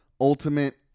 ultimate